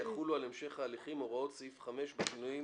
יחולו על המשך ההליכים הוראות סעיף 5 בשינויים